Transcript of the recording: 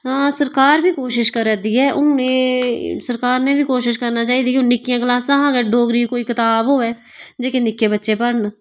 हां सरकार बी कोशिश करा दी ऐ कि हून एह् सरकार ने बी कोशिश करना चाहिदी हून नि'क्कियां क्लासां थमां गै अगर डोगरी दी कोई कताब होऐ जेह्के नि'क्के बच्चे पढ़न